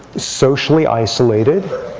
socially isolated,